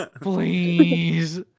Please